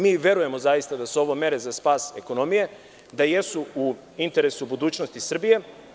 Mi verujemo, zaista, da su ovo mere za spas ekonomije, da jesu u interesu budućnosti Srbije.